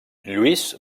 lluís